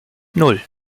nan